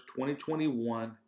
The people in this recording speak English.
2021